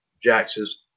Jax's